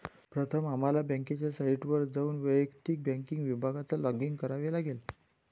प्रथम आम्हाला बँकेच्या साइटवर जाऊन वैयक्तिक बँकिंग विभागात लॉगिन करावे लागेल